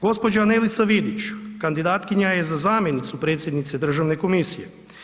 Gđa. Nelica Vidić kandidatkinja je za zamjenicu predsjednice Državne komisije.